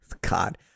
god